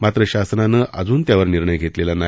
मात्र शासनानं अजून त्यावर निर्णय घेतलेला नाही